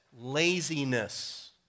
laziness